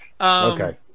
Okay